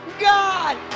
God